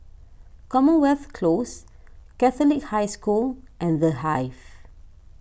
Commonwealth Close Catholic High School and the Hive